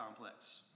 complex